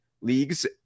leagues